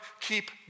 keep